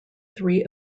three